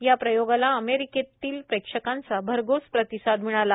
या प्रयोगाला अमेरिकेतील प्रेक्षकांचा भरघोस प्रतिसाद मिळाला